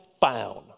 found